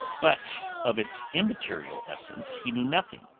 but of its immaterial essence he knew nothing.